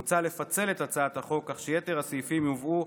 מוצע לפצל את הצעת החוק כך שיתר הסעיפים יובאו